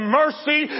mercy